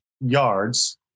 yards